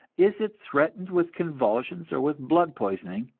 is it threatened with convulsions or with blood poisoning?